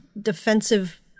defensive